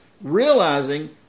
realizing